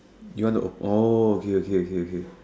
you want to o~ okay okay okay